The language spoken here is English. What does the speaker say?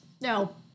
No